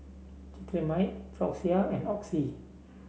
Cetrimide Floxia and Oxy